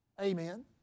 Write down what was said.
Amen